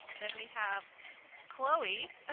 then we have chloe. ah